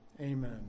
amen